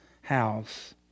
house